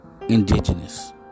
indigenous